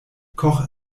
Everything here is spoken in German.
koch